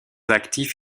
actif